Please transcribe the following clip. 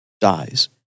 dies